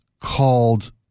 called